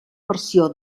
versió